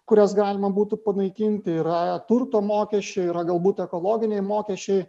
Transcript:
kurias galima būtų panaikinti yra turto mokesčio yra galbūt ekologiniai mokesčiai